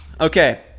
Okay